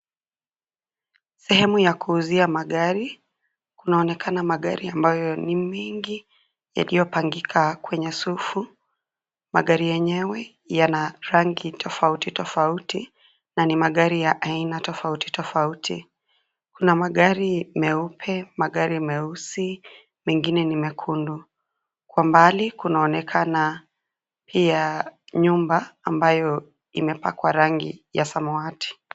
Sehemu ya kuuzia magari. Kunaonekana magari ambayo ni mengi yaliyopangika kwenye safu, magari yenyewe yana rangi tofauti, tofauti, Na ni magari ya aina tofauti, tofauti. Kuna magari meupe, magari meusi, mengine ni mekundu. Kwa mbali kunaonekana pia nyumba ambayo imepakwa rangi ya samawati.